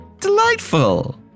delightful